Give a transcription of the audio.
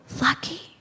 lucky